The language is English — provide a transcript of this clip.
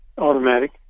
Automatic